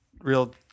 real